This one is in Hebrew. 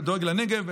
דואג לנגב,